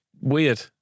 weird